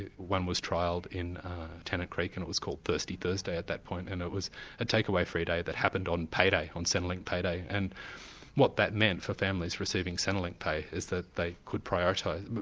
one was trialled in tenant creek and it was called thirsty thursday at that point, and it was a takeaway-free day that happened on payday on centrelink payday, and what that meant for families receiving centrelink pay is that they could prioritise. but